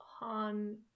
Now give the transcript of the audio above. on